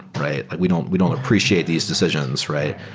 right? we don't we don't appreciate these decisions, right?